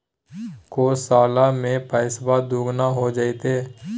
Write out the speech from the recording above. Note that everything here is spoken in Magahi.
को साल में पैसबा दुगना हो जयते?